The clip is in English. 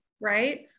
right